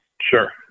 Sure